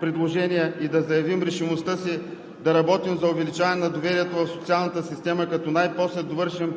предложения и да заявим решимостта си да работим за увеличаване на доверието в социалната система като най-после довършим